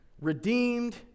redeemed